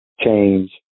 change